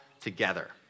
together